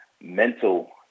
mental